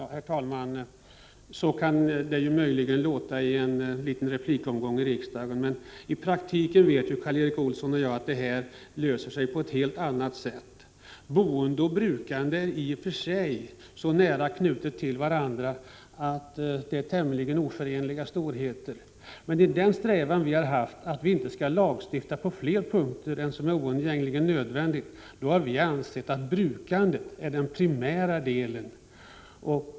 Herr talman! Så här kan det möjligen låta i en liten replikomgång i riksdagen. Karl Erik Olsson och jag vet att det hela i praktiken löser sig på ett helt annat sätt. Boende och brukande är i och för sig så nära knutna till varandra att de kan betraktas som tämligen oskiljaktiga storheter. Vi har emellertid strävat efter att inte få en lagstiftning på fler punkter än vad som är oundgängligen nödvändigt, och här har vi ansett att brukandet är den primära delen.